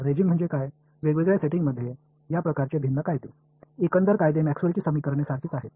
வெவ்வேறு அமைப்புகளுக்கான இந்த வெவ்வேறு வகையான விதிகள் ஒட்டுமொத்த விதிகள் மேக்ஸ்வெல்லின் Maxwell's சமன்பாடுகளே